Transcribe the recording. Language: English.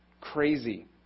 crazy